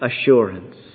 assurance